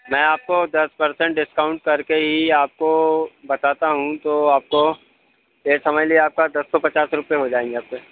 मैं आपको दस पर्सेन्ट डिस्काउन्ट करके ही आपको बताता हूँ तो आपको यह समझ लिया आपका दस सौ पचास रुपये हो जाएँगे आपके